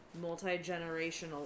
multi-generational